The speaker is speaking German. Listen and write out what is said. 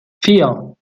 vier